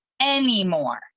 anymore